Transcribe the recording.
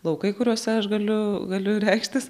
laukai kuriuose aš galiu galiu reikštis